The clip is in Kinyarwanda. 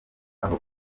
aho